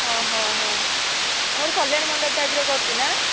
ଓ ହ ହଁ ଆମର କଲ୍ୟାଣୀ ମଣ୍ଡପ ଟାଇପ୍ର କରିଛି ନା